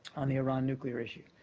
on the iran nuclear issue.